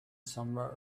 somewhere